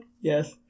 Yes